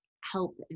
help